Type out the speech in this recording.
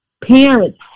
Parents